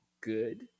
good